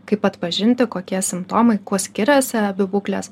kaip atpažinti kokie simptomai kuo skiriasi abi būklės